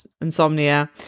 insomnia